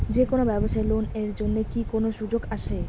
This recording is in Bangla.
যে কোনো ব্যবসায়ী লোন এর জন্যে কি কোনো সুযোগ আসে?